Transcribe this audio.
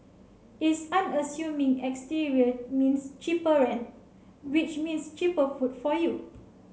its unassuming exterior means cheaper rent which means cheaper food for you